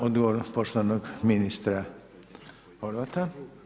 Odgovor poštovanog ministra Horvata.